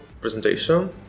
presentation